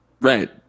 Right